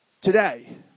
today